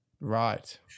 Right